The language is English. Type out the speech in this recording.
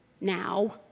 Now